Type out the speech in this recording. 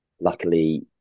luckily